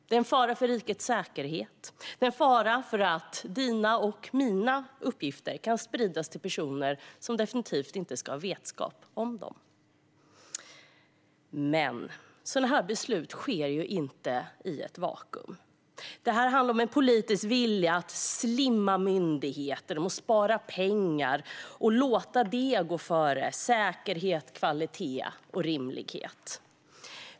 Det är en fara för rikets säkerhet, och det är en fara för att dina och mina uppgifter sprids till personer som definitivt inte ska ha vetskap om dem. Men sådana här beslut sker inte i ett vakuum. Det handlar om en politisk vilja att slimma myndigheter och spara pengar, och man låter detta gå före säkerhet, kvalitet och rimlighet.